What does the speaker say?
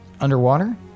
Underwater